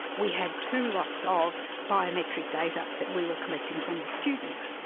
we had two lots ah of biometric data that we were collecting from the students.